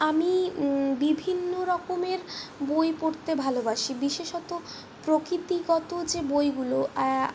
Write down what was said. আমি বিভিন্ন রকমের বই পড়তে ভালোবাসি বিশেষত প্রকৃতিগত যে বইগুলো